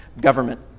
government